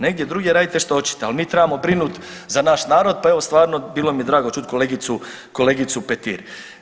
Negdje drugdje radite šta hoćete, ali mi trebamo brinut za naš narod, pa evo stvarno bilo mi je drago čut kolegicu Petir.